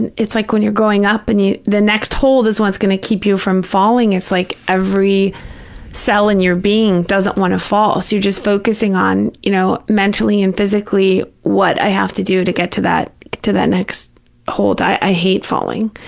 and it's like when you're going up and the next hold is what's going to keep you from falling. it's like every cell in your being doesn't want to fall, so you're just focusing on, you know, mentally and physically what i have to do to get to that to that next hold. i hate falling.